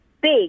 big